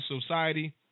Society